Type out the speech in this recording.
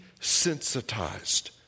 desensitized